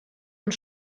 und